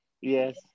Yes